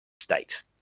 state